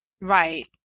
Right